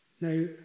Now